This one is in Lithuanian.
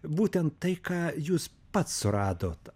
būtent tai ką jūs pats suradot